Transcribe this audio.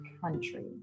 country